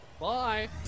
Bye